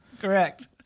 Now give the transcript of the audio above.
Correct